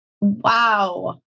Wow